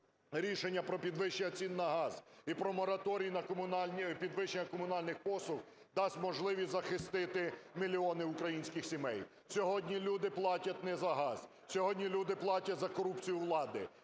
рішення про підвищення цін на газ і про мораторій на комунальні… підвищення комунальних послуг дасть можливість захистити мільйони українських сімей. Сьогодні люди платять не за газ, сьогодні люди платять за корупцію влади,